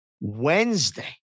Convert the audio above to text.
Wednesday